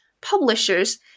publishers